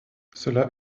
cela